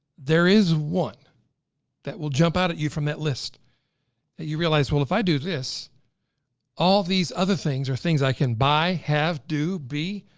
there is one that will jump out at you from that list that you realize, well, if i do this all these other things are things i can buy, have, do, be,